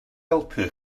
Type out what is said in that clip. helpu